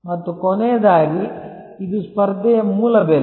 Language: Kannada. ಮತ್ತು ಕೊನೆಯದಾಗಿ ಇದು ಸ್ಪರ್ಧೆಯ ಮೂಲ ಬೆಲೆ